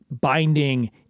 binding